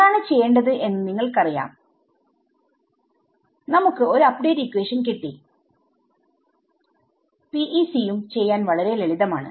എന്താണ് ചെയ്യേണ്ടത് എന്ന് നിങ്ങൾക്ക് അറിയാം നമുക്ക് ഒരു അപ്ഡേറ്റ് ഇക്വേഷൻ കിട്ടി PEC യും ചെയ്യാൻ വളരെ ലളിതമാണ്